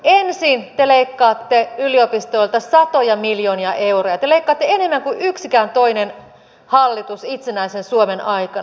ensin te leikkaatte yliopistoilta satoja miljoonia euroja te leikkaatte enemmän kuin yksikään toinen hallitus itsenäisen suomen aikana